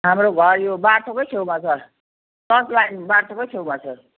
हाम्रो घर यो बाटोकै छेउमा छ फर्स्ट लाइन बाटोकै छेउमा छ